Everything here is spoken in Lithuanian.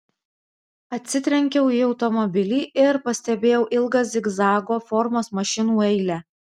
atsitrenkiau į automobilį ir pastebėjau ilgą zigzago formos mašinų eilę